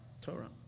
Torah